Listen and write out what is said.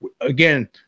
again